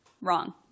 Wrong